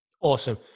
Awesome